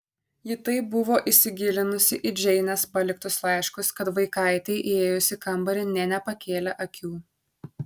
ji taip buvo įsigilinusi į džeinės paliktus laiškus kad vaikaitei įėjus į kambarį nė nepakėlė akių